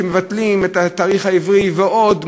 שמבטלים את התאריך העברי ועוד,